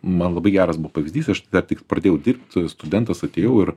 man labai geras buvo pavyzdys aš dar tik pradėjau dirbt studentas atėjau ir